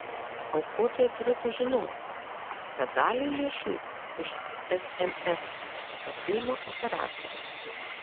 aukotojai turėtų žinoti kad dalį lėšų už sms pasiima operatoriai